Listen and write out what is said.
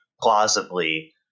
plausibly